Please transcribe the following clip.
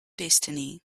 destiny